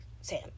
Sam